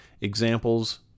examples